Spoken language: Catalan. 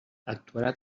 actuarà